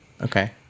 Okay